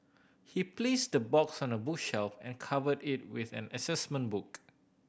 he placed the box on a bookshelf and covered it with an assessment book